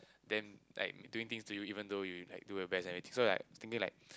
then like doing things to you even though you like do your best and everything so like I was thinking like